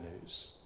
news